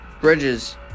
Bridges